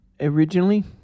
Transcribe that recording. originally